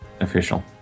official